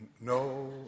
No